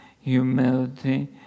humility